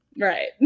right